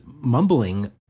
mumbling